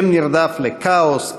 שם נרדף לכאוס,